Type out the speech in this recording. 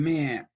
Man